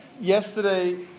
Yesterday